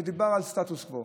מדובר על סטטוס קוו.